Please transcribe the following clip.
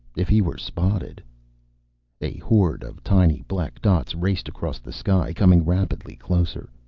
if he were spotted a horde of tiny black dots raced across the sky, coming rapidly closer.